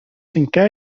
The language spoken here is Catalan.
cinqué